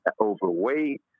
overweight